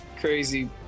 crazy